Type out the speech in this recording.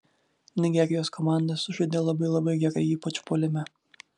nigerijos komanda sužaidė labai labai gerai ypač puolime